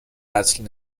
قتل